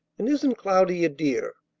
and isn't cloudy a dear?